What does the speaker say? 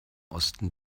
osten